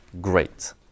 Great